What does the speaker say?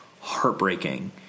heartbreaking